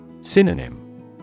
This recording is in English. Synonym